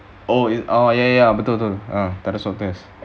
oh oh ya ya ya betul takde swab test